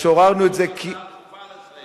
יש לי הצעה דחופה לסדר-היום.